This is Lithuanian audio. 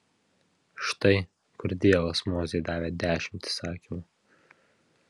štai kur dievas mozei davė dešimt įsakymų